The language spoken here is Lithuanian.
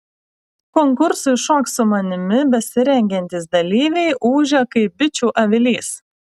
konkursui šok su manimi besirengiantys dalyviai ūžia kaip bičių avilys